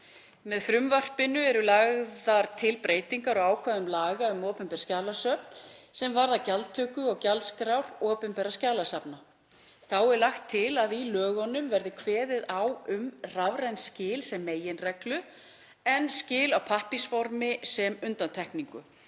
Með frumvarpinu eru lagðar til breytingar á ákvæðum laga um opinber skjalasöfn sem varða gjaldtöku og gjaldskrár opinberra skjalasafna. Þá er lagt til að í lögunum verði kveðið á um rafræn skil sem meginreglu en skil á pappírsformi sem undantekningu,